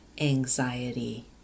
anxiety